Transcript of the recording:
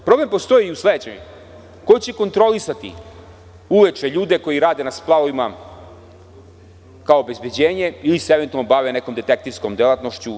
Problem postoji i u sledećem – ko će kontrolisati uveče ljude koji rade na splavovima kao obezbeđenje ili se eventualno bave nekom detektivskom delatnošću?